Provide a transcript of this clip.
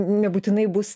nebūtinai bus